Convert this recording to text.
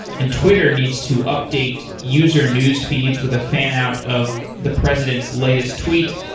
and twitter needs to update user newsfeed with a fan-out of the president's latest tweet.